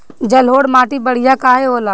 जलोड़ माटी बढ़िया काहे होला?